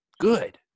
good